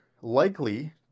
likely